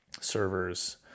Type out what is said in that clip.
servers